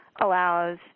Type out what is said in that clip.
allows